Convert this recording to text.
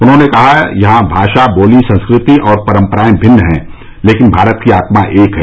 उन्होंने कहा कि यहां भाषा बोली संस्कृति और परम्पराएं भिन्न हैं लेकिन भारत की आत्मा एक है